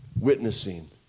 witnessing